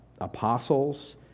apostles